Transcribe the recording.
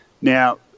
now